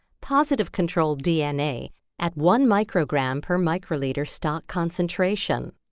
positive control dna at one microgram per microliter stock concentration,